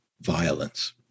violence